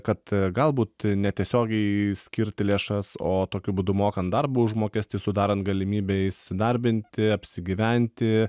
kad galbūt netiesiogiai skirti lėšas o tokiu būdu mokant darbo užmokestį sudarant galimybę įsidarbinti apsigyventi